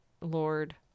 Lord